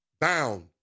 bound